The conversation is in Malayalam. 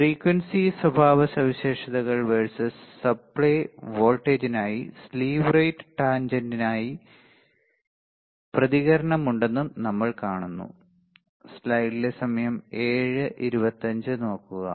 ഫ്രീക്വൻസി സ്വഭാവസവിശേഷതകൾ വേഴ്സസ് സപ്ലൈ വോൾട്ടേജിനായി സ്ലീവ് റേറ്റ് ടാൻജെന്റ്ക്കായി പ്രതികരണമുണ്ടെന്നും നമ്മൾ കാണുന്നു